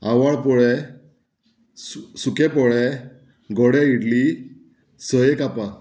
आवाळ पोळें सु सुकें पोळे गोडे इडली सये कापां